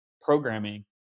programming